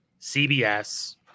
CBS